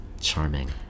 Charming